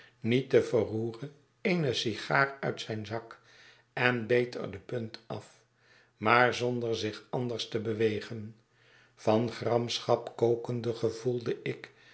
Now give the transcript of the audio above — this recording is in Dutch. niet te verroeren eene sigaar uit zijn zak en beet er de punt af maar zonder zich anders te bewegen van gramschap kokende gevoelde ik